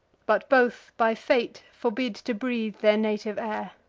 but both by fate forbid to breathe their native air.